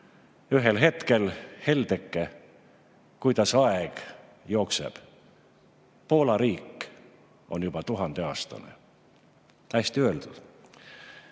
ühel hetkel: "Heldeke, kuidas aeg jookseb! Poola riik on juba 1000-aastane!" Hästi öeldud.